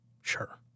sure